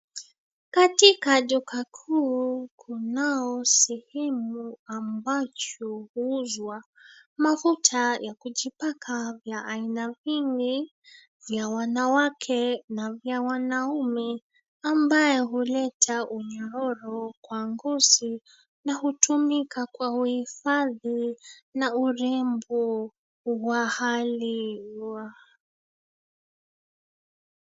Katika duka kuu kunao sehemu ambacho huuzwa mafuta ya kujipaka ya aina mingi vya wanawake na vya wanaume, ambayo huleta unyororo kwa ngozi na hutumika kwa uhifadhi na urembo wa hali.